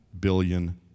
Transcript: billion